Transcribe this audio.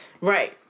Right